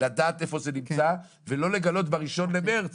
לדעת איפה זה נמצא ולא לגלות ב-1 במרץ